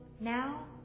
now